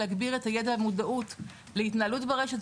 להגביר את הידע והמודעות להתנהלות ברשת.